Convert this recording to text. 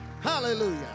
Hallelujah